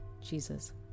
Jesus